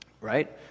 right